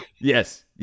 Yes